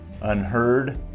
unheard